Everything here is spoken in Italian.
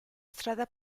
strada